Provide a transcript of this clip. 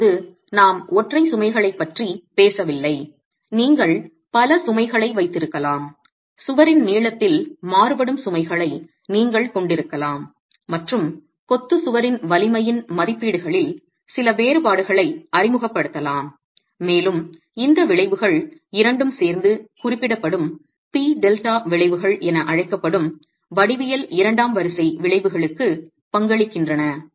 இப்போது நாம் ஒற்றை சுமைகளைப் பற்றி பேசவில்லை நீங்கள் பல சுமைகளை வைத்திருக்கலாம் சுவரின் நீளத்தில் மாறுபடும் சுமைகளை நீங்கள் கொண்டிருக்கலாம் மற்றும் கொத்து சுவரின் வலிமையின் மதிப்பீடுகளில் சில வேறுபாடுகளை அறிமுகப்படுத்தலாம் மேலும் இந்த விளைவுகள் இரண்டும் சேர்ந்து குறிப்பிடப்படும் பி டெல்டா விளைவுகள் என அழைக்கப்படும் வடிவியல் இரண்டாம் வரிசை விளைவுகளுக்கு பங்களிக்கின்றன